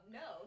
no